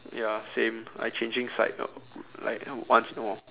ya same I changing side like like once in a while